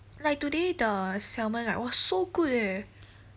like today the salmon right was so good leh